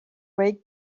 ray